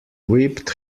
whipped